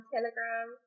Telegram